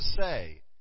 say